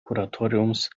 kuratoriums